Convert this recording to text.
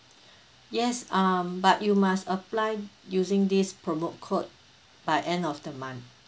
yes um but you must apply using this promo code by end of the month